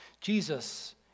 Jesus